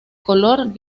color